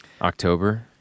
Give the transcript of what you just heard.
October